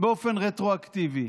באופן רטרואקטיבי.